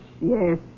yes